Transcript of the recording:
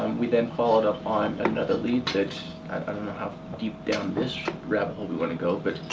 we then followed up on another lead that i don't know how deep down this rabbit hole we wanna go, but